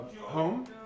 home